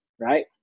right